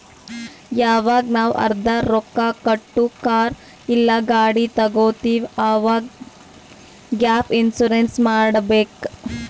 ಯವಾಗ್ ನಾವ್ ಅರ್ಧಾ ರೊಕ್ಕಾ ಕೊಟ್ಟು ಕಾರ್ ಇಲ್ಲಾ ಗಾಡಿ ತಗೊತ್ತಿವ್ ಅವಾಗ್ ಗ್ಯಾಪ್ ಇನ್ಸೂರೆನ್ಸ್ ಮಾಡಬೇಕ್